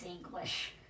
English